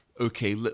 okay